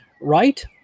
right